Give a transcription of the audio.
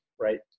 right